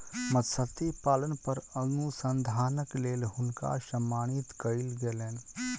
मत्स्य पालन पर अनुसंधानक लेल हुनका सम्मानित कयल गेलैन